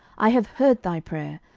i have heard thy prayer,